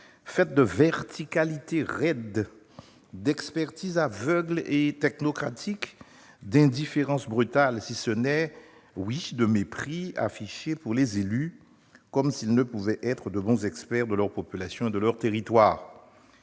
faite de verticalité raide, d'expertise aveugle et technocratique, d'indifférence brutale, si ce n'est de mépris affiché pour les élus, comme s'ils ne pouvaient être de bons experts de la situation de leur population et de leur territoire.